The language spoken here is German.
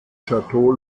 château